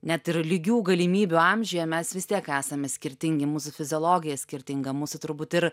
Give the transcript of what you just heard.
net ir lygių galimybių amžiuje mes vis tiek esame skirtingi mūsų fiziologija skirtinga mūsų turbūt ir